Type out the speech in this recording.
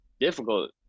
difficult